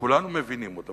שכולנו מבינים אותה,